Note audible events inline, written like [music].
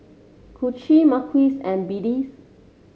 Kacie Marquis and [unintelligible]